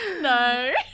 no